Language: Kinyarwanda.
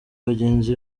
bagenzi